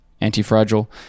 Anti-Fragile